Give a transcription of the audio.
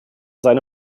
seine